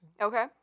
Okay